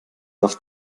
auf